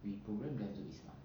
we program them to be smart